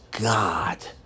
god